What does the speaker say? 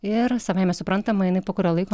ir savaime suprantama jinai po kurio laiko